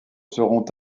seront